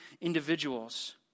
individuals